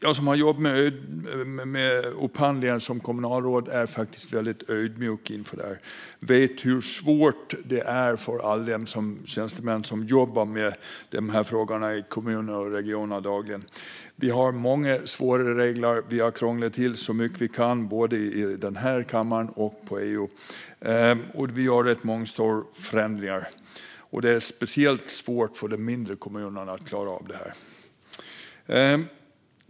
Jag som har jobbat med upphandling som kommunalråd är faktiskt väldigt ödmjuk inför detta. Jag vet hur svårt det är för alla tjänstemän som jobbar med dessa frågor i kommuner och regioner dagligen. Vi har många svåra regler. Vi har krånglat till så mycket vi kan, både i denna kammare och i EU. Och vi gör rätt många stora förändringar. Det är speciellt svårt för de mindre kommunerna att klara av detta.